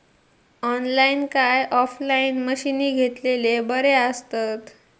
Online काय offline मशीनी घेतलेले बरे आसतात?